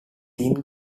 thin